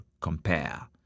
compare